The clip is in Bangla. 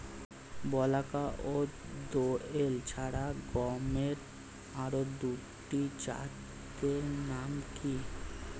বলাকা ও দোয়েল ছাড়া গমের আরো দুটি জাতের নাম কি?